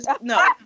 no